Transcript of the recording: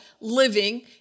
living